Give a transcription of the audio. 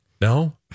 No